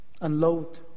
Unload